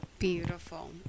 Beautiful